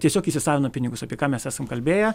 tiesiog įsisavina pinigus apie ką mes esam kalbėję